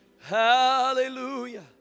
Hallelujah